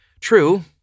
True